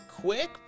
quick